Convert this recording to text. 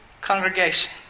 congregation